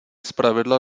zpravidla